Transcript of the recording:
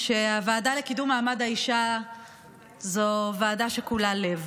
שהוועדה לקידום מעמד האישה זו ועדה שכולה לב.